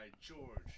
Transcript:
George